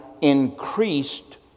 increased